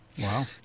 Wow